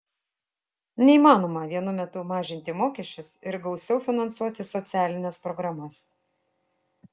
neįmanoma vienu metu mažinti mokesčius ir gausiau finansuoti socialines programas